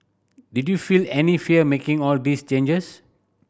did you feel any fear making all these changes